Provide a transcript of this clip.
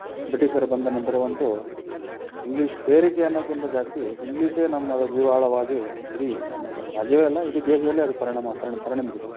ಬ್ರಿಟೀಷರು ಬಂದ ನಂತರವಂತೂ ಇಂಗ್ಲೀಷ್ ಹೇರಿಕೆ ಅನ್ನೋದ್ಕಿಂತ ಜಾಸ್ತಿ ಹಿಂಗ್ಲೀಷೇ ನಮ್ಮ ಜೀವಾಳವಾಗಿ ಇಡೀ ನಮ್ಮ ರಾಜ್ಯವೇ ಅಲ್ಲ ಇಡೀ ದೇಶದಲ್ಲೇ ಪರಿಣಾಮ ಪರಿಣಮಿಸಿದೆ